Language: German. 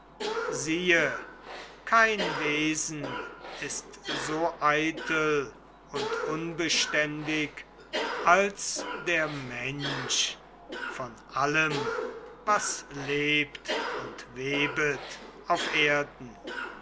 siehe kein wesen ist so eitel und unbeständig als der mensch von allem was lebt und webet auf erden